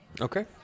Okay